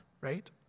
right